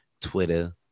Twitter